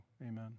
Amen